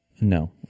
No